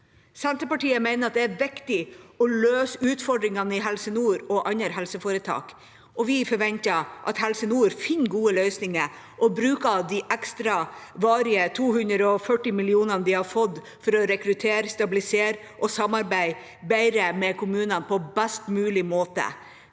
Senterpartiet mener det er viktig å løse utfordringene i Helse nord og andre helseforetak, og vi forventer at Helse nord finner gode løsninger og bruker de ekstra, varige 240 millioner kronene de har fått, på best mulig måte til å rekruttere, stabilisere og samarbeide bedre med kommunene. Dette